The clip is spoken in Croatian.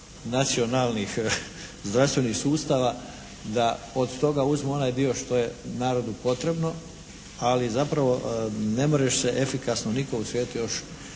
nacionalnih zdravstvenih sustava da od toga uzmu onaj dio što je narodu potrebno, ali zapravo ne može se efikasno nitko u svijetu